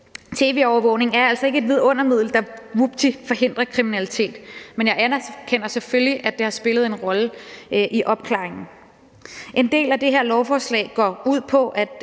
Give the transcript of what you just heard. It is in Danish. Tv-overvågning er altså ikke et vidundermiddel, der – vupti – forhindrer kriminalitet. Men jeg anerkender selvfølgelig, at det har spillet en rolle i opklaring af forbrydelser. En del af det her lovforslag går ud på,